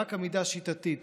ורק עמידה שיטתית